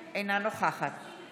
האם יש עבודה משותפת של המשרד שלך,